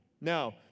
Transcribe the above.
Now